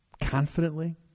confidently